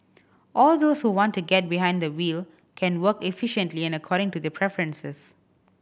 and those who want to get behind the wheel can work efficiently and according to their preferences